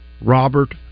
Robert